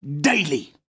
daily